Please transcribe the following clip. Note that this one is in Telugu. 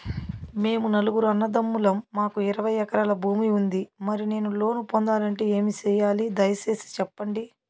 మేము నలుగురు అన్నదమ్ములం మాకు ఇరవై ఎకరాల భూమి ఉంది, మరి నేను లోను పొందాలంటే ఏమి సెయ్యాలి? దయసేసి సెప్పండి?